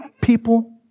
people